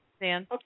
Dan